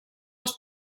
als